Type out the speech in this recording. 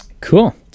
Cool